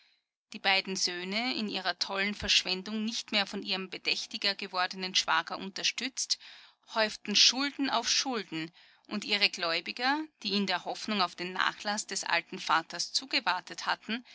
die beiden söhne in ihrer tollen verschwendung nicht mehr von ihrem bedächtlicher gewordenen schwager unterstützt häuften schulden auf schulden und ihre gläubiger die in der hoffnung auf den nachlaß des alten vaters zugewartet hatten